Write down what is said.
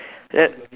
ya